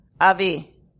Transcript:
Avi